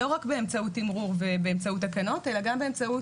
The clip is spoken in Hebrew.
לא רק באמצעות תמרור ובאמצעות תקנות אלא גם באמצעות